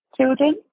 children